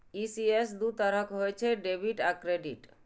ECS दू तरहक होइ छै, डेबिट आ क्रेडिट